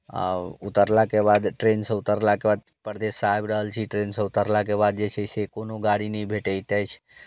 आओर उतारलाके बाद ट्रेनसँ उतारलाके बाद परदेससँ आबि रहल छी ट्रेनसँ उतारलाके बाद जे छै से कोनो गाड़ी नहि भेटैत अछि